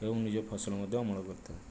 ଏବଂ ନିଜ ଫସଲ ମଧ୍ୟ ଅମଳ କରିଥାଉ